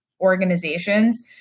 organizations